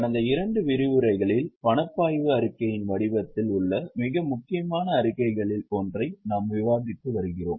கடந்த இரண்டு விரிவுரைகளில் பணப்பாய்வு அறிக்கையின் வடிவத்தில் உள்ள மிக முக்கியமான அறிக்கைகளில் ஒன்றை நாம் விவாதித்து வருகிறோம்